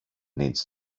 needs